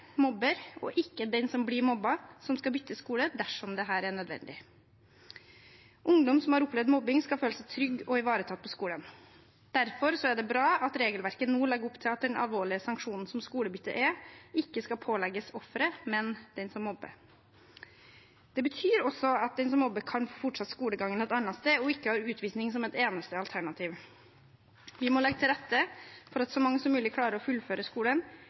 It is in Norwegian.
mobber, og ikke den som blir mobbet, som skal bytte skole dersom dette er nødvendig. Ungdom som har opplevd mobbing, skal føle seg trygge og ivaretatt på skolen. Derfor er det bra at regelverket nå legger opp til at den alvorlige sanksjonen som skolebytte er, ikke skal pålegges offer, men den som mobber. Det betyr også at den som mobber, kan få fortsatt skolegangen et annet sted og ikke har utvisning som eneste alternativ. Vi må legge til rette for at så mange som mulig klarer å fullføre skolen,